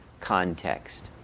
context